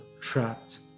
trapped